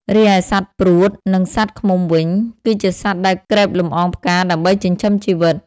រីឯសត្វព្រួត និងសត្វឃ្មុំវិញ គឺជាសត្វដែលក្រេបលំអងផ្កាដើម្បីចិញ្ចឹមជីវិត។